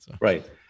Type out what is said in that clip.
right